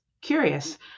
curious